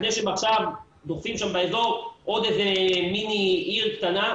לפני שהם עכשיו דוחפים שם באזור עוד איזה מיני עיר קטנה.